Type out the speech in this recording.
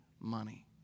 money